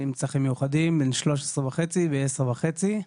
עם צרכים מיוחדים, בן 13 וחצי ו-10 וחצי.